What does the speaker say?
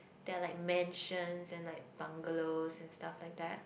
then like mansion and like bungalow and stuff like that